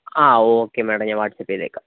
ആ okay madam ഞാന് WhatsApp ചെയ്തേക്കാം